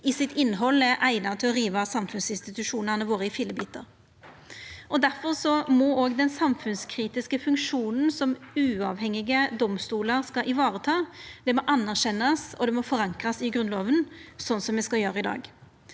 i sitt innhald er eigna til å riva samfunnsinstitusjonane våre i fillebitar. Difor må òg den samfunnskritiske funksjonen som uavhengige domstolar skal ivareta, anerkjennast, og det må forankrast i Grunnlova, slik me skal gjera i dag.